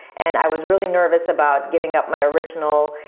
and i was really nervous about giving up my original,